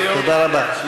תודה רבה.